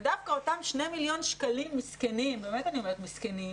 ודווקא אותם 2 מיליון שקלים מסכנים באמת אני אומרת מסכנים